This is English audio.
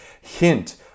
hint